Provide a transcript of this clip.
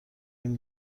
این